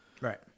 Right